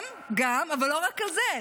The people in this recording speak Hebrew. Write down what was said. גם, אבל לא רק על זה.